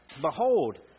Behold